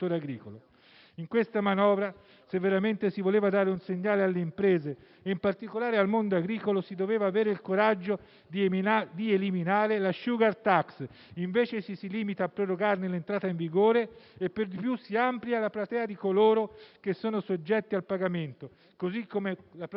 In questa manovra, se veramente si voleva dare un segnale alle imprese e in particolare al mondo agricolo, si doveva avere il coraggio di eliminare la *sugar tax,* invece ci si limita a procrastinarne l'entrata in vigore e per di più si amplia la platea di coloro che sono soggetti al pagamento, così come per la *plastic tax.*